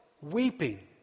weeping